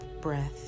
breath